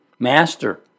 Master